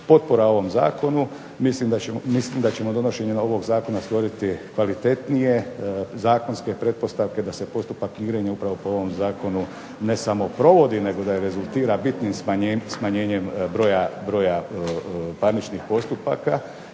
Potpora ovom zakonu, mislim da ćemo donošenjem ovog Zakona stvoriti kvalitetnije zakonske pretpostavke da se postupak mirenja upravo po ovom Zakonu ne samo provodi, nego da rezultira bitnim smanjenjem broja parničnih postupaka